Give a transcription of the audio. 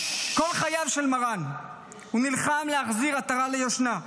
כל חייו של מרן הוא נלחם להחזיר עטרה ליושנה,